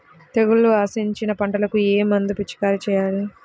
తెగుళ్లు ఆశించిన పంటలకు ఏ మందు పిచికారీ చేయాలి?